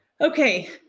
Okay